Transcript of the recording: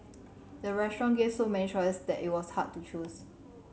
the restaurant gave so many choices that it was hard to choose